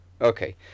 okay